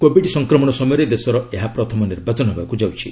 Covid ସଂକ୍ରମଣ ସମୟରେ ଦେଶର ଏହା ପ୍ରଥମ ନିର୍ବାଚନ ହେବାକୁ ଯାଉଛି